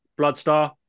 Bloodstar